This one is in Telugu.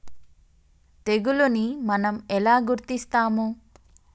తెగులుని మనం ఎలా గుర్తిస్తాము?